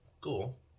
cool